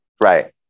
Right